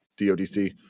DODC